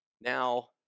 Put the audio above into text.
Now